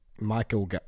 Michael